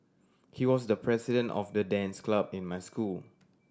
he was the president of the dance club in my school